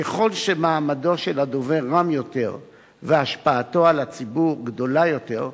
ככל שמעמדו של הדובר רם יותר והשפעתו על הציבור גדולה יותר,